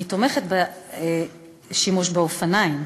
אני תומכת בשימוש באופניים,